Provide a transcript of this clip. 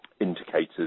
indicators